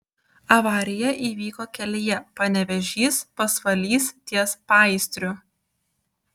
avarija įvyko kelyje panevėžys pasvalys ties paįstriu